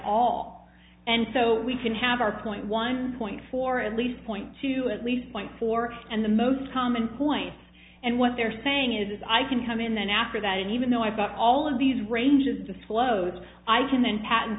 all and so we can have our point one point for at least point to at least point four and the most common points and what they're saying is i can come in then after that even though i've got all of these ranges disclose i can then pat